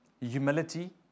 humility